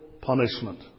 punishment